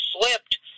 slipped